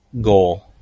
goal